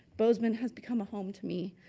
bozeman has become a home to me,